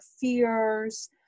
fears